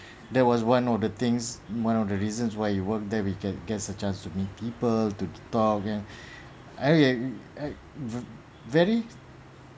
there was one of the things one of the reasons why you work there we can get a chance to meet people to talk again I am very